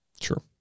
Sure